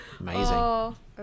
amazing